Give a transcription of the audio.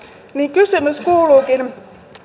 kysymys kuuluukin